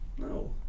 No